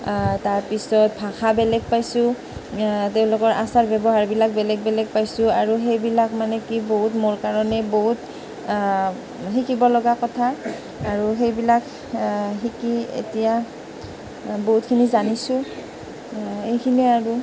তাৰপিছত ভাষা বেলেগ পাইছোঁ তেওঁলোকৰ আচাৰ ব্যৱহাৰবিলাক বেলেগ বেলেগ পাইছোঁ আৰু হেইবিলাক মানে কি বহুত মোৰ কাৰণে বহুত শিকিব লগা কথা আৰু হেইবিলাক শিকি এতিয়া বহুতখিনি জানিছোঁ এইখিনিয়ে আৰু